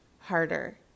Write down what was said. harder